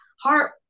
heart